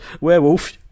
Werewolf